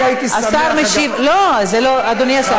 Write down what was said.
האם אתה מתנגד לחוק של בני בגין, אדוני השר?